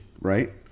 Right